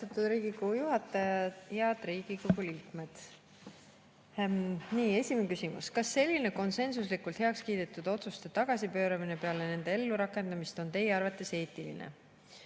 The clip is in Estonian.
Riigikogu juhataja! Head Riigikogu liikmed! Esimene küsimus: "Kas selline konsensuslikult heakskiidetud otsuste tagasipööramine peale nende ellurakendumist on Teie arvates eetiline?"